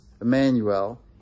Emmanuel